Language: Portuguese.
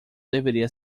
deveria